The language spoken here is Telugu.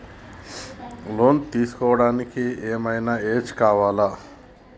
లోన్ తీస్కోవడానికి ఏం ఐనా ఏజ్ కావాలా?